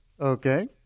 Okay